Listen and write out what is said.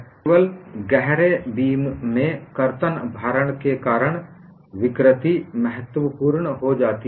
केवल गहरे बीम में कर्तन भारण के कारण विकृति महत्वपूर्ण हो जाती है